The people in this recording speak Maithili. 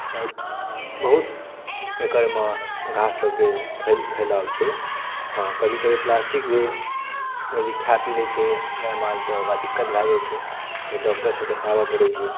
आओर बहुत एकरमे घास सभके फैल फैलाव छै हँ कभी कभी प्लास्टिक भी यदि खा पी लै छै गाय माल तऽ ओकरा दिक्कत भय जाइ छै फेर डॉक्टरसँ देखबाब पड़ै छै